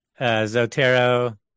Zotero